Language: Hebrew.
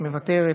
מוותרת.